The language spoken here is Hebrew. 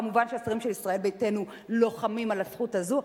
מובן שהשרים של ישראל ביתנו לוחמים על הזכות הזאת.